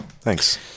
Thanks